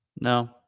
No